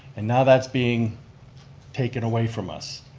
and now that's being taken away from us,